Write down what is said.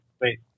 Wait